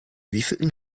wievielten